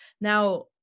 now